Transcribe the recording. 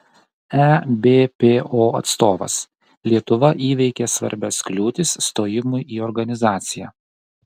ebpo atstovas lietuva įveikė svarbias kliūtis stojimui į organizaciją